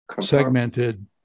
segmented